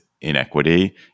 inequity